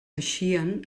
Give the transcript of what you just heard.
eixien